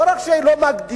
לא רק שהיא לא מגדילה,